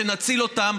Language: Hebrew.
שנציל אותם.